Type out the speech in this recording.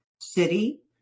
city